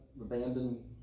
abandoned